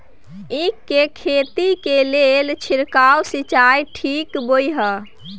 ईख के खेती के लेल छिरकाव सिंचाई ठीक बोय ह?